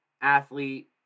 athlete